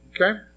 okay